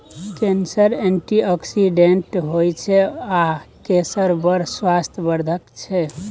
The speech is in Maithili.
केसर एंटीआक्सिडेंट होइ छै आ केसर बड़ स्वास्थ्य बर्धक छै